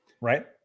Right